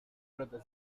brother